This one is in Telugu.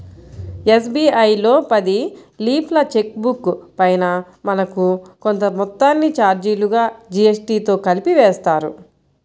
ఎస్.బీ.ఐ లో పది లీఫ్ల చెక్ బుక్ పైన మనకు కొంత మొత్తాన్ని చార్జీలుగా జీఎస్టీతో కలిపి వేస్తారు